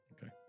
Okay